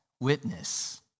witness